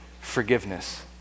forgiveness